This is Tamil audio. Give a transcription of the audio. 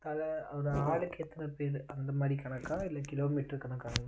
தலை ஒரு ஆளுக்கு எத்தனை பேர் அந்தமாதிரி கணக்காக இல்லை கிலோ மீட்டர் கணக்காங்கணா